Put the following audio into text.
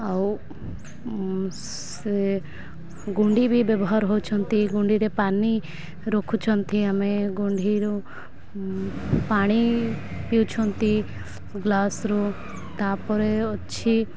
ଆଉ ସେ ଗୁଣ୍ଡି ବି ବ୍ୟବହାର ହେଉଛନ୍ତି ଗୁଣ୍ଡିରେ ପାଣି ରଖୁଛନ୍ତି ଆମେ ଗୁଣ୍ଡିରୁ ପାଣି ପିଉଛନ୍ତି ଗ୍ଲାସ୍ରୁ ତା'ପରେ ଅଛି